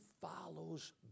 follows